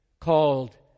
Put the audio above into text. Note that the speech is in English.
called